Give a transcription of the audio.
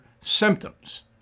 symptoms